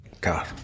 God